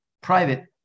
private